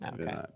Okay